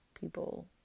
people